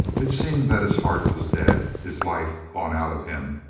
it seemed that his heart was dead, his life gone out of him.